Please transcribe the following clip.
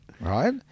right